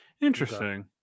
Interesting